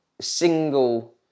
single